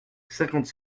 cinquante